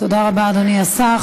תודה רבה, אדוני השר.